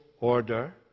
order